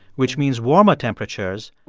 which means warmer temperatures,